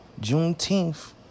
Juneteenth